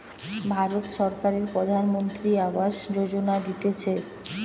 ভারত সরকারের প্রধানমন্ত্রী আবাস যোজনা দিতেছে